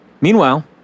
Meanwhile